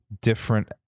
different